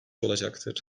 olacaktır